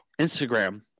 Instagram